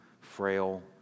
frail